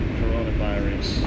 coronavirus